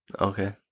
Okay